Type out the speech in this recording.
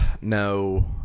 No